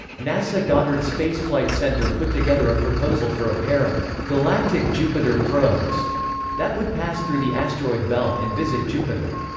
nasa goddard spaceflight center put together a proposal for a pair of galactic jupiter probes that would pass through the asteroid belt and visit jupiter.